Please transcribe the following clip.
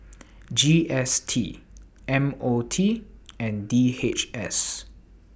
G S T M O T and D H S